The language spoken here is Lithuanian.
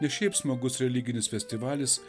ne šiaip smagus religinis festivalis